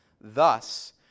Thus